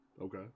okay